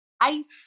Ice